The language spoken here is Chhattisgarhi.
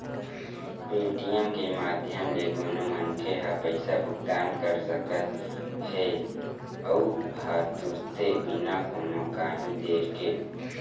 पेटीएम के माधियम ले कोनो मनखे ह पइसा भुगतान कर सकत हेए अहूँ ह तुरते बिना कोनो काइही देर के